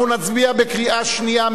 אנחנו נצביע בקריאה שנייה,